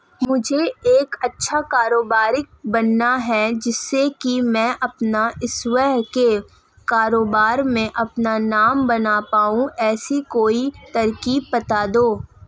मुझे एक अच्छा कारोबारी बनना है जिससे कि मैं अपना स्वयं के कारोबार में अपना नाम बना पाऊं ऐसी कोई तरकीब पता दो?